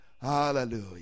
Hallelujah